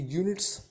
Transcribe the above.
units